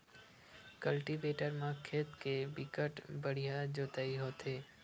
cultivator म खेत के बिकट बड़िहा जोतई होथे